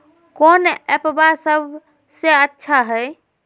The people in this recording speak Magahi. कौन एप्पबा सबसे अच्छा हय?